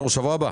בשבוע הבא.